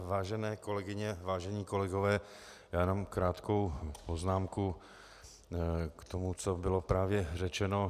Vážené kolegyně, vážení kolegové, já jenom krátkou poznámku k tomu, co bylo právě řečeno.